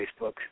Facebook